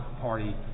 party